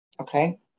okay